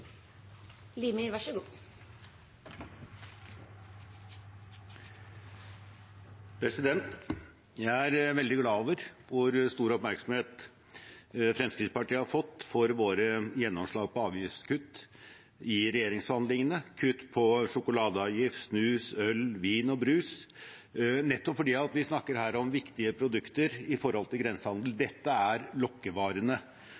veldig glad for den store oppmerksomheten Fremskrittspartiet har fått for sine gjennomslag på avgiftskutt i forhandlingene med regjeringspartiene, kutt i avgift på sjokolade, øl, vin og brus, nettopp fordi vi her snakker om viktige produkter med tanke på grensehandel.